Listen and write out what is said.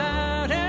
out